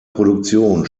produktion